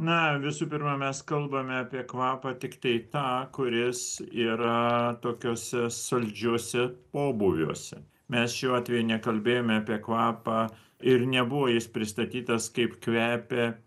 na visų pirma mes kalbame apie kvapą tiktai tą kuris yra tokiuose saldžiuose pobūviuose mes šiuo atveju nekalbėjome apie kvapą ir nebuvo jis pristatytas kaip kvepia